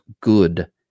good